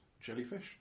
...Jellyfish